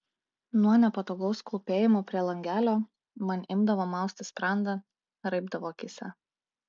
nuo nepatogaus klūpėjimo prie langelio man imdavo mausti sprandą raibdavo akyse